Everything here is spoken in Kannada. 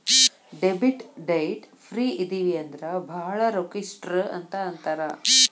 ಡೆಬಿಟ್ ಡೈಟ್ ಫ್ರೇ ಇದಿವಿ ಅಂದ್ರ ಭಾಳ್ ರೊಕ್ಕಿಷ್ಟ್ರು ಅಂತ್ ಅಂತಾರ